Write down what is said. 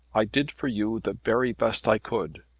i did for you the very best i could.